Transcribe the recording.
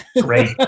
Great